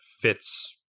fits